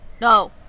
No